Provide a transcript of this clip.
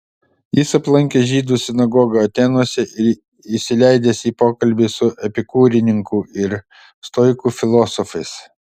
jis aplankęs žydų sinagogą atėnuose ir įsileidęs į pokalbį su epikūrininkų ir stoikų filosofais